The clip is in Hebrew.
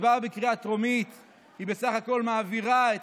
הצבעה בקריאה טרומית בסך הכול מעבירה את